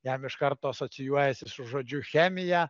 jam iš karto asocijuojasi su žodžiu chemija